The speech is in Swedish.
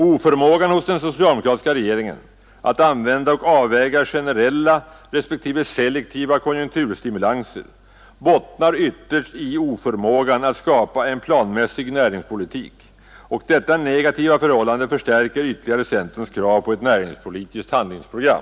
Oförmågan hos den socialdemokratiska regeringen att använda och avväga generella respektive selektiva konjukturstimulanser bottnar ytterst i oförmågan att skapa en planmässig näringspolitik. Detta negativa förhållande förstärker ytterligare centerns krav på ett näringspolitiskt handlingsprogram.